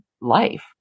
life